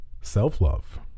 Self-love